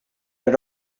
had